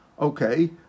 Okay